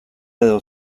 edo